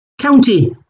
County